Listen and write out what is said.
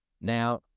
Now